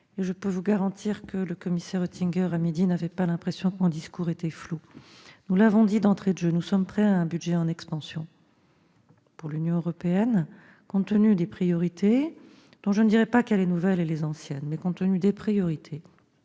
Je peux vous garantir que ce midi, le commissaire Oettinger n'avait pas l'impression que mon discours était flou. Nous l'avons dit d'entrée de jeu, nous sommes prêts à un budget en expansion pour l'Union européenne, compte tenu des priorités, dont je ne dirais pas qu'il y a les nouvelles et les anciennes, qui sont celles de l'Union.